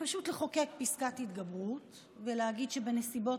פשוט לחוקק פסקת התגברות ולהגיד שבנסיבות